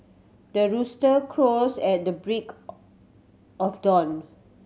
the rooster crows at the break of dawn